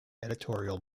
editorial